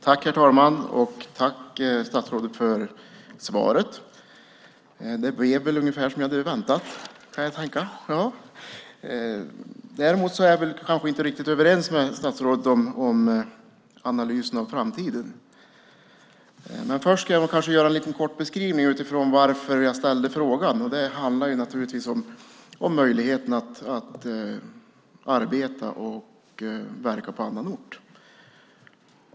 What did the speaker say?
Herr talman! Jag tackar statsrådet för svaret. Det blev ungefär som väntat. Jag är dock inte riktigt överens med statsrådet om analysen av framtiden. Först ska jag göra en kort beskrivning av varför jag ställde frågan. Det handlar naturligtvis om möjligheten att arbeta och verka på annan ort.